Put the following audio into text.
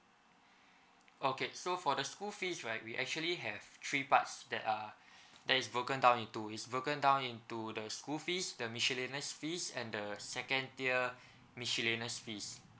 okay so for the school fees right we actually have three parts that are there is broken down into is broken down into the school fees the miscellaneous fees and the second tier miscellaneous fees